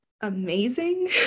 amazing